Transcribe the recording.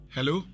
Hello